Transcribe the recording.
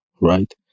right